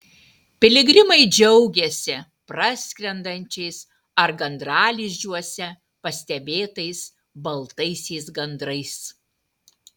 piligrimai džiaugėsi praskrendančiais ar gandralizdžiuose pastebėtais baltaisiais gandrais